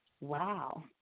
wow